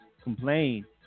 complain